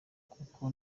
kuko